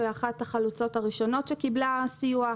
שהייתה אחת החלוצות הראשונות שקיבלה סיוע,